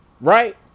Right